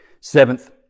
Seventh